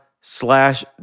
slash